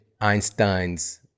Einstein's